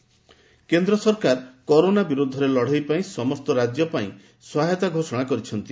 corona ସହାୟତା କେନ୍ଦ୍ର ସରକାର କରୋନା ବିରୋଧରେ ଲଢ଼େଇ ପାଇଁ ସମସ୍ତ ରାଜ୍ୟପାଇଁ ସହାୟତା ଘୋଷଣା କରିଛନ୍ତି